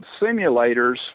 simulators